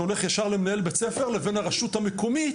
שהולך ישר למנהל בית הספר, לבין הרשות המקומית.